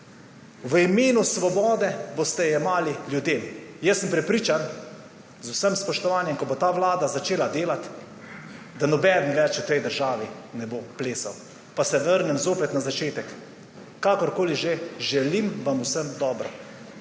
V imenu svobode boste jemali ljudem. Jaz sem prepričan, z vsem spoštovanjem, da ko bo ta vlada začela delati, nihče več v tej državi ne bo plesal. Pa se vrnem zopet na začetek. Kakorkoli že, želim vam vse dobro.